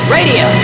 Radio